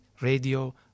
radio